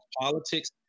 politics